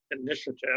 initiative